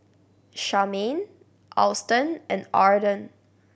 Charmaine Auston and Arden